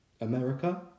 America